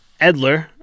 Edler